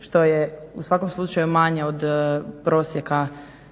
što je u svakom slučaju manje od prosjeka